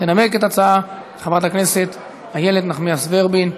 תנמק את ההצעה חברת הכנסת איילת נחמיאס ורבין,